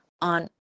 on